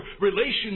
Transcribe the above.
relations